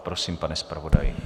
Prosím, pane zpravodaji.